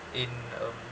in um